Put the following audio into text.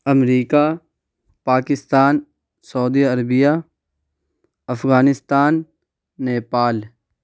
America Pakistan Saudi Arabia Afghanistan Nepal